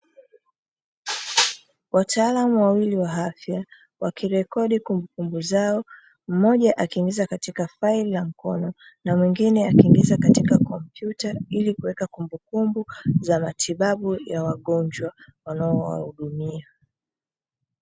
Wataalamu wawili wa afya wakirekodi kumbukumbu zao, mmoja akiingiza katika faili la mkono na mwingine akiingiza katika kompyuta ili kuweka kumbukumbu za matibabu ya wagonjwa wanao wahudumia.